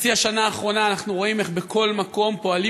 בחצי השנה האחרונה אנחנו רואים איך בכל מקום פועלים